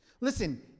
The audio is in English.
Listen